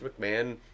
McMahon